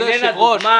אדוני היושב ראש,